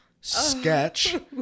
Sketch